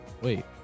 Wait